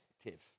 effective